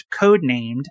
codenamed